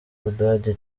budage